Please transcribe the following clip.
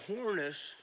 harness